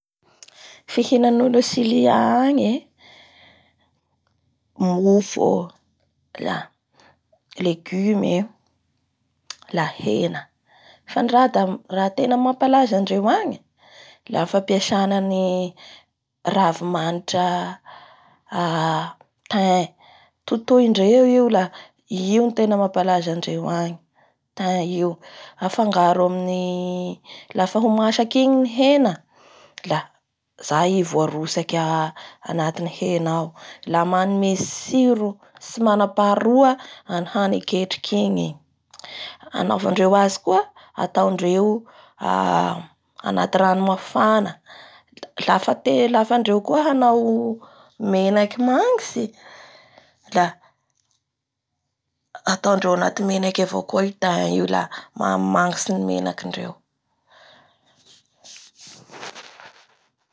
Ny tena fihoanin'olo a Peroa agny zany e da ity cevice ty io zany mihina an'io aby gnolo ao. Io da fia nandrahoa amin'ny manitsy natao anaty na ranon'ny voasary makira nasia tongolo be mena, asia tsako da asia avao koa blé